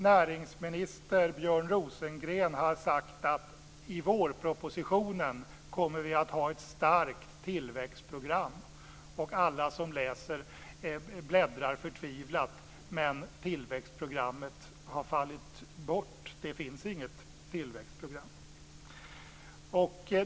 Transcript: Näringsminister Björn Rosengren har sagt att vi i vårpropositionen kommer att få ett starkt tillväxtprogram. Alla bläddrar förtvivlat, men tillväxtprogrammet har fallit bort. Det finns inget tillväxtprogram.